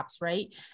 right